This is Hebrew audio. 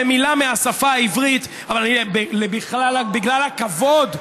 במילה מהשפה העברית אבל בגלל הכבוד,